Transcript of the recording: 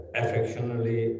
affectionately